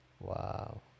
Wow